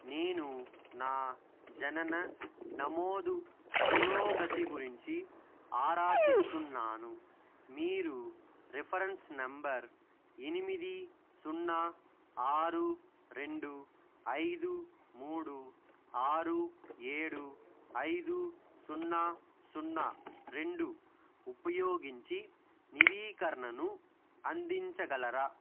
నేను నా జనన నమోదు పురోగతి గురించి ఆరా తీస్తున్నాను మీరు రిఫరెన్స్ నెంబర్ ఎనిమిది సున్నా ఆరు రెండు ఐదు మూడు ఆరు ఏడు ఐదు సున్నా సున్నా రెండు ఉపయోగించి నవీకరణను అందించగలరా